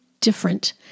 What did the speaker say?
different